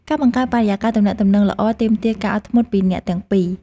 ការបង្កើតបរិយាកាសទំនាក់ទំនងល្អទាមទារការអត់ធ្មត់ពីអ្នកទាំងពីរ។